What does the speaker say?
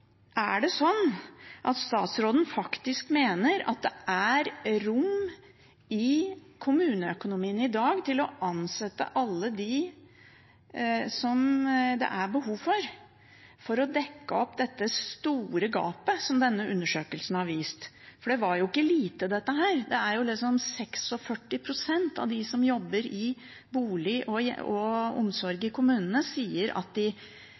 Er det sånn at statsråden faktisk mener at det er rom i kommuneøkonomien i dag til å ansette alle dem som det er behov for, for å dekke opp dette store gapet som denne undersøkelsen har vist? Det var ikke lite, dette her; det er 46 pst. av dem som jobber i bolig og omsorg i kommunene, som sier at de